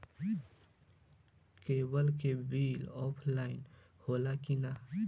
Cable के bill offline होला कि ना?